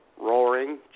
roaring